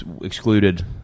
excluded